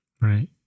Right